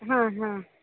ಹಾಂ ಹಾಂ